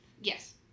yes